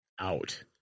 out